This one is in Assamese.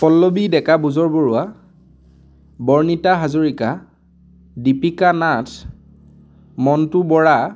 পল্লৱী ডেকা বুজৰবৰুৱা বৰ্ণিতা হাজৰিকা দীপিকা নাথ মনণ্টু বৰা